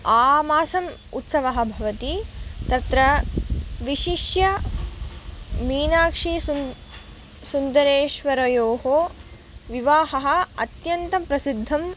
आमासं उत्सवः भवति तत्र विशिष्य मीनाक्षी सुन् सुन्दरेश्वरयोः विवाहः अत्यन्तं प्रसिद्धं